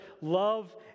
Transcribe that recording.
love